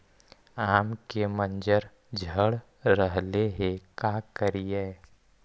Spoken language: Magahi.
आम के मंजर झड़ रहले हे का करियै?